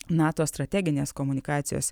nato strateginės komunikacijos